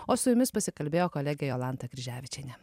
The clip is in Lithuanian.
o su jomis pasikalbėjo kolegė jolanta kryževičienė